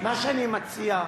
אגב, מה שאני מציע,